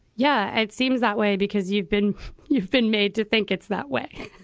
yeah, it seems that way because you've been you've been made to think it's that way.